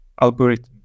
algorithm